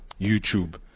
YouTube